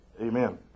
Amen